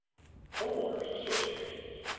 homeowners associations.